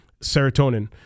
serotonin